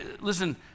listen